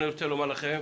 אני רוצה לומר לכם,